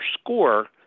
score